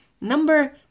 Number